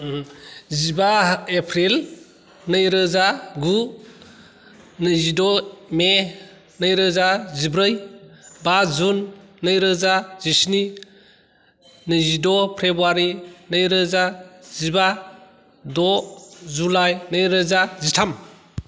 जिबा एप्रिल नैरोजा गु नैजिद' मे नैरोजा जिब्रै बा जुन नैरोजा जिस्नि नैजिद' फेब्रुवारि नैरोजा जिबा द' जुलाइ नैरोजा जिथाम